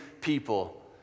people